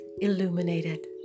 Illuminated